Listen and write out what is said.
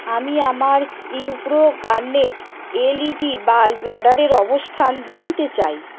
আমি আমার Wipro Garnet LED bulb অর্ডারের অবস্থান জানতে চাই